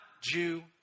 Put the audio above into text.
Jew